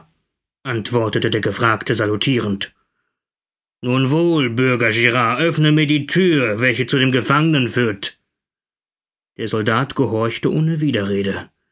antwortete der gefragte salutirend nun wohl bürger girard öffne mir die thür welche zu dem gefangenen führt der soldat gehorchte ohne widerrede